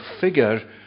figure